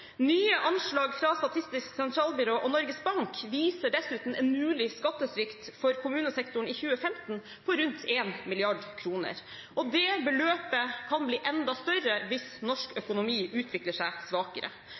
Nye anslag fra Statistisk sentralbyrå og Norges Bank viser dessuten en mulig skattesvikt for kommunesektoren i 2015 på rundt 1 mrd. kr., og det beløpet kan bli enda større hvis norsk økonomi utvikler seg svakere.